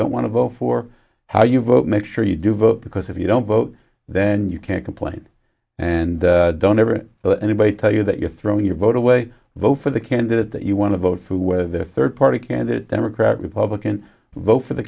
don't want to vote for how you vote make sure you do vote because if you don't vote then you can't complain and don't ever let anybody tell you that you're throwing your vote away vote for the candidate that you want to vote for a third party candidate democrat republican vote for the